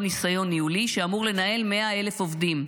ניסיון ניהולי שאמור לנהל 100,000 עובדים.